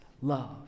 love